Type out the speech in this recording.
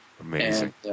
Amazing